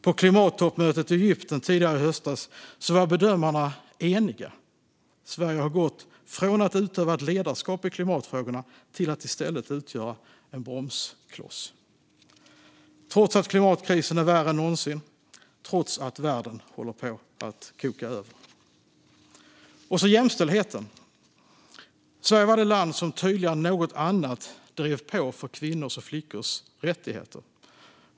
På klimattoppmötet i Egypten tidigare i höstas var bedömarna eniga om att Sverige har gått från att utöva ledarskap i klimatfrågorna till att i stället utgöra en bromskloss, trots att klimatkrisen är värre än någonsin och trots att världen håller på att koka över. När det gäller jämställdheten var Sverige det land som tydligare än något annat drev på för kvinnors och flickors rättigheter.